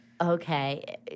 Okay